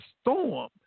storm